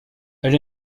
elle